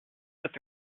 with